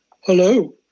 hello